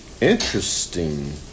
Interesting